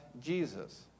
Jesus